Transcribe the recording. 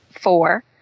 four